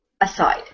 aside